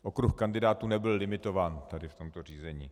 Okruh kandidátů nebyl limitován tady v tomto řízení.